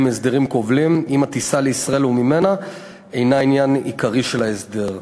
הסדרים כובלים אם הטיסה לישראל או ממנה אינה עניין עיקרי של ההסדר.